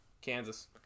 Kansas